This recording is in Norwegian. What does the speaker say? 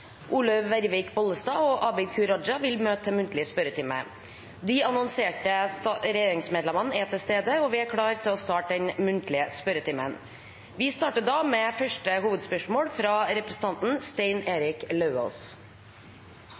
De annonserte regjeringsmedlemmene er til stede, og vi er klare til å starte den muntlige spørretimen. Vi starter med første hovedspørsmål, fra representanten Stein Erik Lauvås.